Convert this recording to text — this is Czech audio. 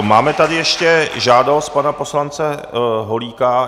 Máme tady ještě žádost pana poslance Holíka.